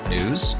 News